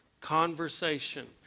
Conversation